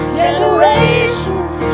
generations